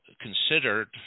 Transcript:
considered